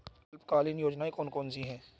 अल्पकालीन योजनाएं कौन कौन सी हैं?